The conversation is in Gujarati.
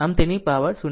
આમતેની પાવર 0